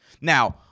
now